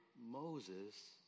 Moses